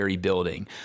building